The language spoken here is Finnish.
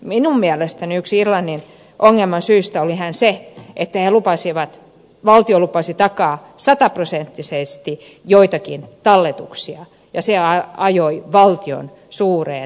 minun mielestäni yksi irlannin ongelmien syistä oli se että he lupasivat valtio lupasi taata sataprosenttisesti joitakin talletuksia ja se ajoi valtion suureen kriisiin